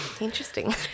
Interesting